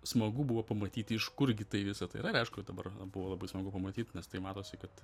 smagu buvo pamatyti iš kurgi tai visa tai yra ir aišku dabar buvo labai smagu pamatyt nes tai matosi kad